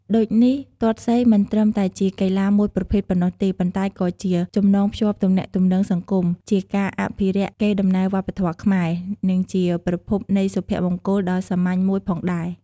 ដូចនេះ ទាត់សីមិនត្រឹមតែជាកីឡាមួយប្រភេទប៉ុណ្ណោះទេ ប៉ុន្តែក៏ជាចំណងភ្ជាប់ទំនាក់ទំនងសង្គម ជាការអភិរក្សកេរដំណែលវប្បធម៌ខ្មែរ និងជាប្រភពនៃសុភមង្គលដ៏សាមញ្ញមួយផងដែរ។